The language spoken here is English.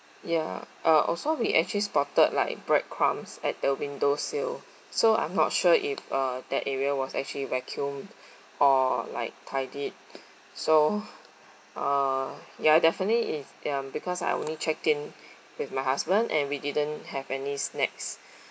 ya uh also we actually spotted like bread crumbs at the window sill so I'm not sure if uh that area was actually vacuumed or like tidied so uh ya definitely if um because I only checked in with my husband and we didn't have any snacks